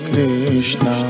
Krishna